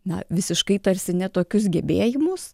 na visiškai tarsi ne tokius gebėjimus